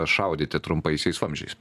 šaudyti trumpaisiais vamzdžiais